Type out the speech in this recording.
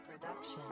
production